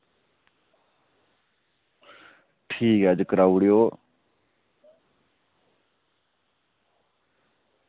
ठीक ऐ अज्ज कराई ओड़ेओ